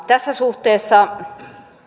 tässä suhteessa